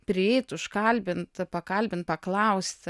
prieit užkalbint pakalbint paklausti